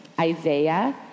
Isaiah